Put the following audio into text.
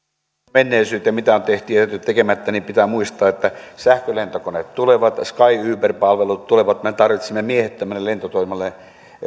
menneisyyteen mitä on tehty ja jätetty tekemättä pitää muistaa että sähkölentokoneet tulevat skyuber palvelut tulevat me tarvitsemme miehittämättömälle lentotoiminnalle